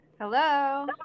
Hello